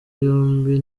yombi